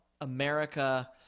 America